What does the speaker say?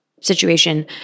situation